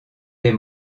des